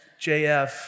JF